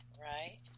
right